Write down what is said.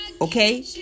Okay